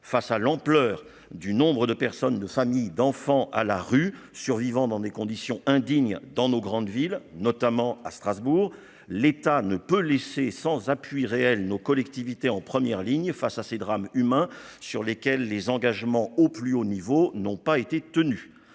face à l'ampleur du nombre de personnes de familles d'enfants à la rue, survivant dans des conditions indignes dans nos grandes villes, notamment à Strasbourg, l'État ne peut laisser sans appui réel nos collectivités en première ligne face à ces drames humains sur lesquels les engagements au plus haut niveau n'ont pas été tenues